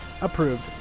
approved